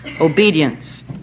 obedience